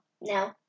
No